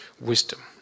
wisdom